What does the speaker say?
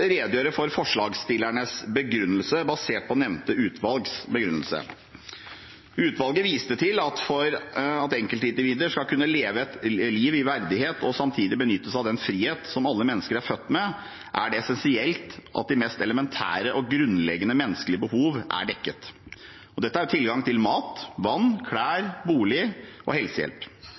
redegjøre for forslagsstillernes begrunnelse basert på nevnte utvalgs begrunnelse. Utvalget viste til at for at enkeltindivider skal kunne leve et liv i verdighet og samtidig benytte seg av den frihet som alle mennesker er født med, er det essensielt at de mest elementære og grunnleggende menneskelige behov er dekket. Dette er tilgang til mat, vann, klær, bolig og helsehjelp.